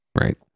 right